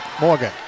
Morgan